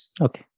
Okay